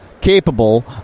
capable